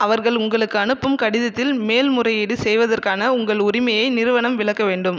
அவர்கள் உங்களுக்கு அனுப்பும் கடிதத்தில் மேல்முறையீடு செய்வதற்கான உங்கள் உரிமையை நிறுவனம் விளக்க வேண்டும்